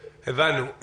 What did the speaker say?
הבנו.